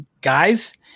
guys